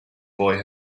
boy